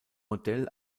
modell